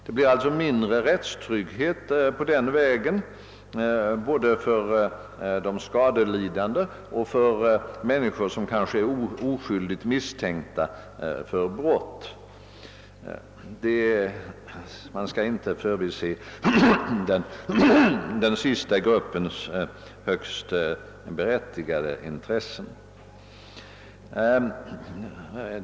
Det blir alltså mindre rättstrygghet på den vägen både för de skadelidande och för människor som kanske är oskyldigt misstänkta för brott. Man skall inte förbise den sistnämnda gruppens högst berättigade intressen.